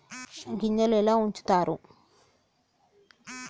గింజలు ఎలా ఉంచుతారు?